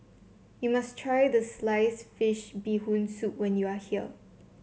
you must try the Sliced Fish Bee Hoon Soup when you are here